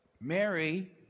Mary